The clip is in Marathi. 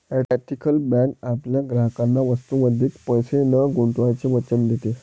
एथिकल बँक आपल्या ग्राहकांना वस्तूंमध्ये पैसे न गुंतवण्याचे वचन देते